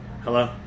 Hello